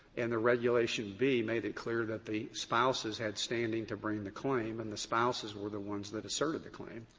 and the regulation b, made it clear that the spouses had standing to bring the claim, and the spouses were the ones that asserted the claim.